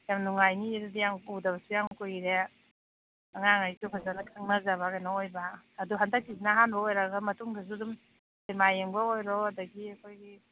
ꯌꯥꯝ ꯅꯨꯡꯉꯥꯏꯅꯤꯌꯦ ꯑꯗꯨꯗꯤ ꯌꯥꯝ ꯎꯗꯕꯁꯨ ꯌꯥꯝ ꯀꯨꯏꯔꯦ ꯑꯉꯥꯡꯈꯩꯁꯨ ꯐꯖꯅ ꯈꯪꯅꯖꯕ ꯀꯩꯅꯣ ꯑꯣꯏꯕ ꯑꯗꯨ ꯍꯟꯗꯛꯀꯤꯁꯤꯅ ꯑꯍꯥꯟꯕ ꯑꯣꯏꯔꯒ ꯃꯇꯨꯡꯗꯁꯨ ꯑꯗꯨꯝ ꯁꯤꯃꯥ ꯌꯦꯡꯕ ꯑꯣꯏꯔꯣ ꯑꯗꯒꯤ ꯑꯩꯈꯣꯏꯒꯤ